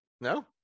No